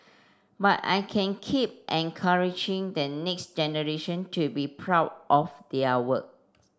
but I can keep encouraging the next generation to be proud of their work